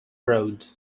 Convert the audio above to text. road